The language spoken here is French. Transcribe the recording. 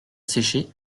séchée